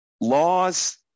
Laws